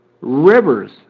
rivers